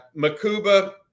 Makuba